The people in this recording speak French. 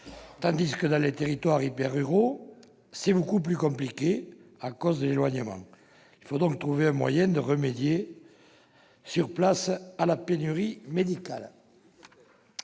tandis que, dans les territoires hyper-ruraux, c'est beaucoup plus compliqué à cause de l'éloignement. Il faut donc trouver un moyen de remédier sur place à la pénurie médicale.